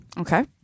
Okay